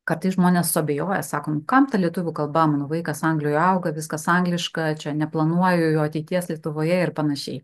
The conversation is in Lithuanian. kartais žmonės suabejoja sako kam ta lietuvių kalba mano vaikas anglijoje auga viskas angliška čia neplanuoju jo ateities lietuvoje ir panašiai